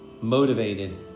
motivated